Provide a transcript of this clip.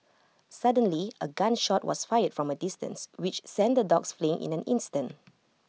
suddenly A gun shot was fired from A distance which sent the dogs fleeing in an instant